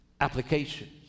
applications